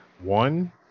one